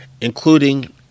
including